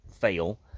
fail